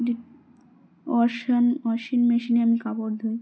ড washing washing মেশিনে আমি কাপড় ধুই